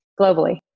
globally